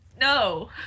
No